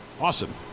Awesome